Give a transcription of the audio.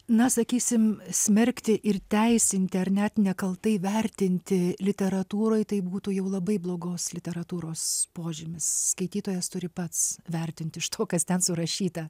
na sakysim smerkti ir teisinti ar net nekaltai vertinti literatūroj tai būtų jau labai blogos literatūros požymis skaitytojas turi pats vertint iš to kas ten surašyta